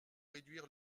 réduire